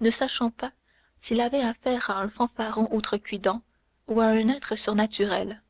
ne sachant pas s'il avait affaire à un fanfaron outrecuidant ou à un être surnaturel